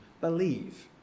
believe